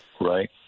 right